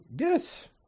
yes